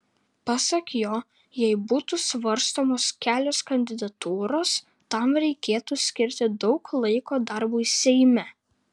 pasak jo jei būtų svarstomos kelios kandidatūros tam reikėtų skirti daug laiko darbui seime